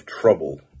trouble